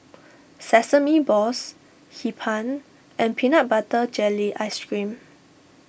Sesame Balls Hee Pan and Peanut Butter Jelly Ice Cream